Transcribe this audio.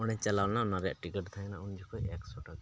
ᱚᱸᱰᱮ ᱪᱟᱞᱟᱣ ᱞᱮᱱᱟ ᱚᱱᱟ ᱨᱮᱭᱟᱜ ᱴᱤᱠᱤᱴ ᱛᱟᱦᱮᱸ ᱠᱟᱱᱟ ᱩᱱ ᱡᱚᱠᱷᱚᱡ ᱮᱠᱥᱚ ᱴᱟᱠᱟ